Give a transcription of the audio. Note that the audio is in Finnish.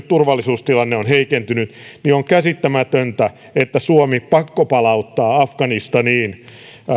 turvallisuustilanne on heikentynyt niin on käsittämätöntä että suomi pakkopalauttaa afganistaniin